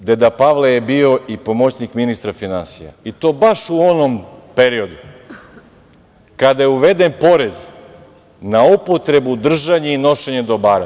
I, naravno, deda Pavle je bio i pomoćnik ministra finansija, i to baš u onom periodu kada je uveden porez na upotrebu, držanje i nošenje dobara.